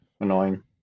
annoying